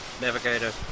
navigator